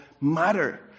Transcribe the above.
matter